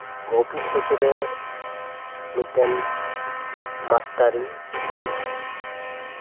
ᱵᱷᱚᱵᱤᱥᱚᱛ ᱨᱮ ᱢᱤᱫᱴᱮᱱ ᱢᱟᱥᱴᱟᱨ ᱤᱧ ᱦᱩᱭᱩᱜᱼᱟ